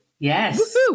Yes